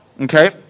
Okay